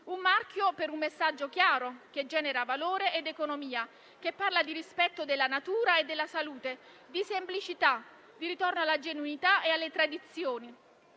Un marchio per un messaggio chiaro, che genera valore ed economia, che parla di rispetto della natura e della salute, di semplicità, di ritorno alla genuinità e alle tradizioni,